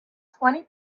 twenty